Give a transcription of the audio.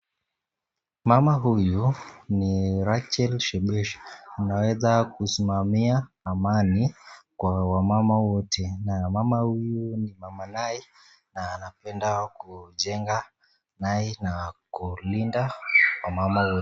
Mama huyu ni rachel shebesh anaweza kusimamia amani kwa wamama wote, na mama huyu ni mama nai anapenda kujenga nai na kulinda wamama wote.